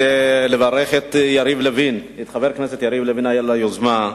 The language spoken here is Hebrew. אני רוצה לברך את חבר הכנסת יריב לוין על היוזמה.